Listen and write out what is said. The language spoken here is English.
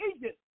Egypt